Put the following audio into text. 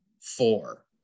four